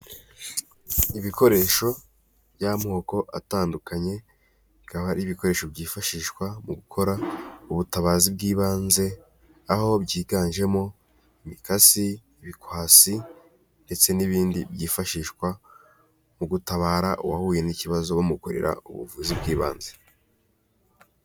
Ibikoresho by'amoko atandukanye bikaba ari ibikoresho byifashishwa mu gukora ubutabazi bw'ibanze, aho byiganjemo imikasi ibikwasi ndetse n'ibindi byifashishwa mu gutabara uwahuye n'ikibazo, bamukorera ubuvuzi bw'ibanze.